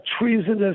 treasonous